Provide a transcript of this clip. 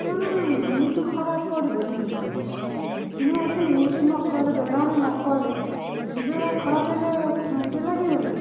କ'ଣ ଏମିତି ଖରାପ ପଡ଼ିବ ଜିନିଷ ଦୁଇ ତିନିମାସ ଇଉଜ୍ ନକଲେ ବ୍ୟବହାର ନକଲେ ଜିନିଷ ଗୁଡ଼ା ଖରାପ ହେଲେ ଇଏ ଲାଗିବନି